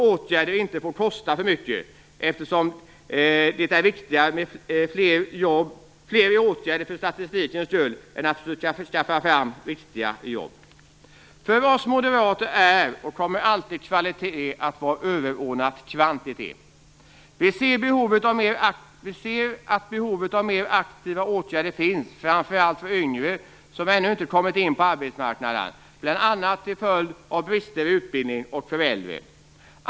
Åtgärder får ju inte kosta för mycket, eftersom det är viktigare med fler i åtgärder för statistikens skull än att försöka skaffa fram riktiga jobb. För oss moderater kommer alltid kvalitet att vara överordnat kvantitet. Vi ser att behovet av mer aktiva åtgärder finns framför allt för yngre, som ännu inte kommit in på arbetsmarknaden bl.a. till följd av brister i utbildning, och för äldre.